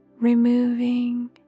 Removing